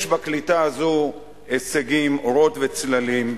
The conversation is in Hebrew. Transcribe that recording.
יש בקליטה הזו הישגים, אורות וצללים,